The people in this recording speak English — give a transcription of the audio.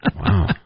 Wow